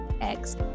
eggs